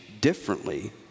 differently